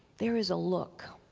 there is a look